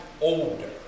older